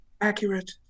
accurate